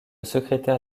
secrétaire